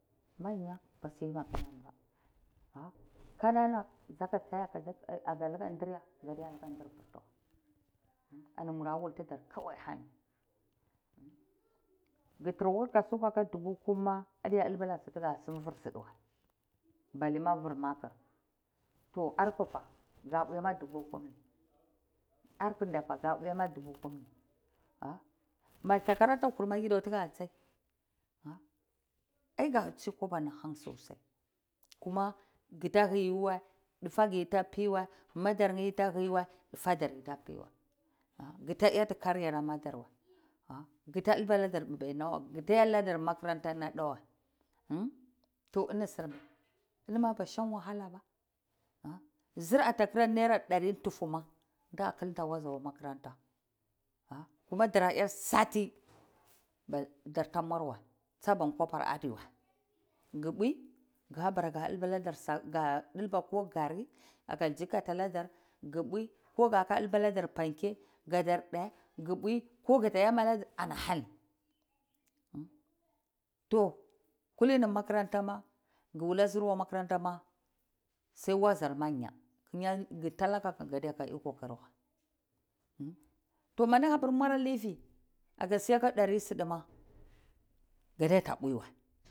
Manya basuyi magananba ka kanana sakaya kagmora doltinoya kadeka dir pirtawa, ani mura wulhitar kawao hani kutrakwa kasuku tubu kumma ateta dolba naka sinam tuka simba ballema kurmakir toh arpufa sa uweyama tubu kwa arpata ka uweyama tusu kem ha, ba heya ma tara kurma yi dau tuka tsai ai ka tsi kobani hank tsa tsai kuma kuta hoyewa dufakuye ta piwa madarye ta hiwa dufatarye ta piwa kuta ata karina matarwa ha kuta dolba natar mpupai mawa kuta a makarata natawa umm toh innsirmi ba shan wahalaba zirata kura nara aru tuvuma ta kulta waza akwa makaranta ha kuma dara a sati darta muarwa saba koba adowa ku inbuyi kabara muar dilba natar sakno ar dolba ko gari ka jikata natar ku mbuyi dolba natar fenke kadr de kuluwe ko da dolmba nadr ane hani toh. Kulini makarantama kuwula zir akwa makarantama sai waza manya kah ku delekuma kata ka u eko karakanye toh munu habir mora lifi kasa sokika arutuvuma kate ta uwe wa.